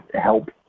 help